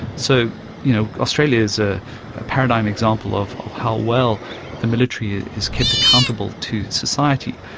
so you know australia is a paradigm example of of how well the military ah is kept accountable to society.